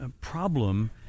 problem